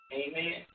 amen